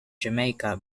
jamaica